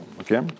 okay